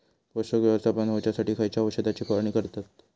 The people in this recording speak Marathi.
पोषक व्यवस्थापन होऊच्यासाठी खयच्या औषधाची फवारणी करतत?